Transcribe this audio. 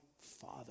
father